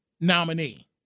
nominee